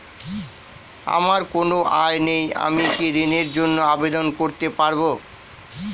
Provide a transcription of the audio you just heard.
আমার কোনো আয় নেই আমি কি ঋণের জন্য আবেদন করতে পারব?